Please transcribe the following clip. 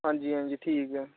अंजी अंजी ठीक ऐ